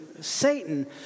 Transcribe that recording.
Satan